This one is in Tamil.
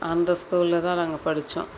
அந்த ஸ்கூலில் தான் நாங்கள் படித்தோம்